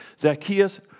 Zacchaeus